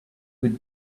would